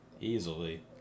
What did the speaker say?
Easily